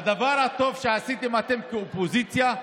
והדבר הטוב שעשיתם, אתם כאופוזיציה,